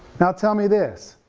now tell me this,